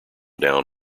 down